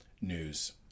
news